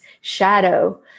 shadow